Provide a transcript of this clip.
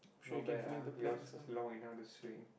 not bad ah yours is long enough to swing